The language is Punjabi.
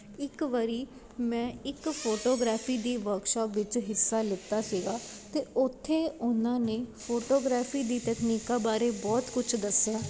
ਇੱਕ ਵਾਰੀ ਮੈਂ ਇੱਕ ਫੋਟੋਗ੍ਰਾਫੀ ਦੀ ਵਰਕਸ਼ਾਪ ਵਿੱਚ ਹਿੱਸਾ ਲਿਤਾ ਸੀਗਾ ਅਤੇ ਉੱਥੇ ਉਹਨਾਂ ਨੇ ਫੋਟੋਗ੍ਰਾਫੀ ਦੀ ਤਕਨੀਕਾਂ ਬਾਰੇ ਬਹੁਤ ਕੁਝ ਦੱਸਿਆ